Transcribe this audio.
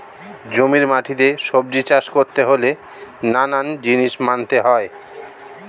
জমির মাটিতে সবজি চাষ করতে হলে নানান জিনিস মানতে হয়